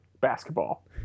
basketball